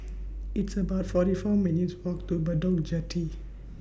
It's about forty four minutes' Walk to Bedok Jetty